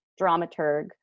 dramaturg